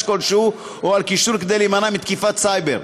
כלשהו או על קישור כדי להימנע מתקיפת סייבר.